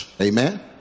Amen